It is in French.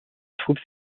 troupes